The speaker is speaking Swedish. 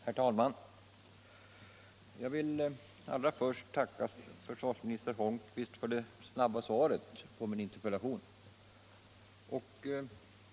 Herr talman! Låt mig allra först tacka försvarsminister Holmqvist för det snabba svaret på min interpellation.